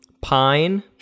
pine